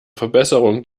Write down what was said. verbesserung